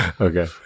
Okay